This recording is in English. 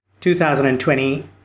2020